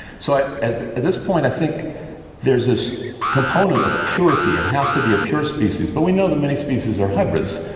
so at this point, i think there is this component of purity. it has to be a pure species. but we know that many species are hybrids.